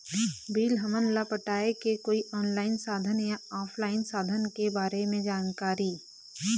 Bill हमन ला पटाए के कोई ऑनलाइन साधन या ऑफलाइन साधन के बारे मे जानकारी?